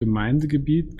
gemeindegebiet